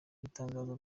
itangazo